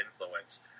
influence